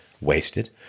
wasted